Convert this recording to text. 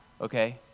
okay